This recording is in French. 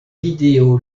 vidéo